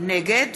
נגד